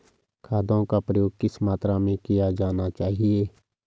खादों का प्रयोग किस मात्रा में किया जाना चाहिए?